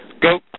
Go